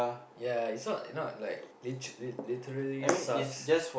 yeah it's not not like lit~ literally sucks